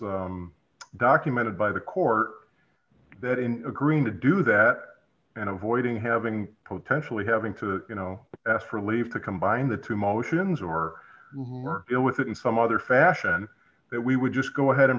was documented by the court that in agreeing to do that and avoiding having potentially having to you know ask for leave to combine the two motions or work it with in some other fashion that we would just go ahead and